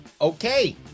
Okay